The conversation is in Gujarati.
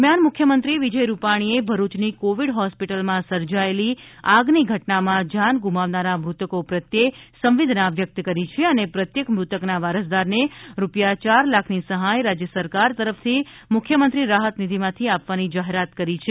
દરમિયાન મુખ્યમંત્રી શ્રી વિજય રૂપાણીએ ભરૂયની કોવિડ હોસ્પિટલમાં સર્જાયેલી આગની ઘટનામાં જાન ગુમાવનારા મૃતકો પ્રત્યે સંવેદના વ્યક્ત કરી છે અને પ્રત્યેક મૃતકના વારસદારને રૂપિયા યાર લાખની સહાય રાજ્ય સરકાર તરફથી મુખ્યમંત્રી રાહતનિધીમાંથી આપવાની જાહેરાત કરી છે